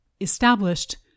established